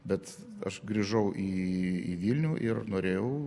bet aš grįžau į į vilnių ir norėjau